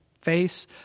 face